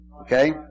okay